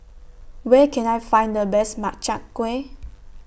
Where Can I Find The Best Makchang Gui